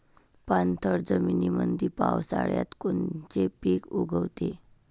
पाणथळ जमीनीमंदी पावसाळ्यात कोनचे पिक उगवते?